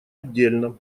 отдельно